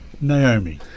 Naomi